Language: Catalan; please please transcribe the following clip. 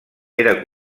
era